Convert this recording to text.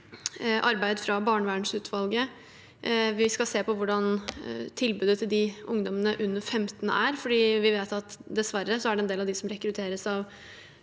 arbeid fra barnevernsutvalget og skal se på hvordan tilbudet til de ungdommene under 15 år er, for vi vet at det dessverre er en del av dem som rekrutteres av